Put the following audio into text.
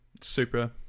Super